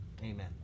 Amen